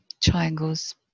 Triangles